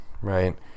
right